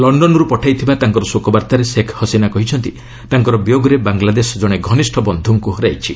ଲଣ୍ଡନରୁ ପଠେଇଥିବା ତାଙ୍କର ଶୋକବାର୍ତ୍ତାରେ ଶେଖ୍ ହସିନା କହିଛନ୍ତି ତାଙ୍କର ବିୟୋଗରେ ବାଂଲାଦେଶ ଜଣେ ଘନିଷ୍ଠ ବନ୍ଧୁଙ୍କୁ ହରାଇଛି